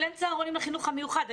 אבל אין צהרונים לחינוך המיוחד.